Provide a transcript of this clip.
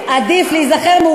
עכשיו נזכרת שהיא דמוקרטית?